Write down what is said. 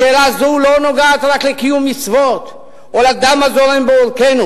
שאלה זו לא נוגעת רק לקיום מצוות או לדם הזורם בעורקינו.